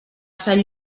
sant